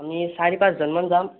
আমি চাৰি পাঁচজনমান যাম